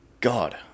God